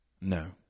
No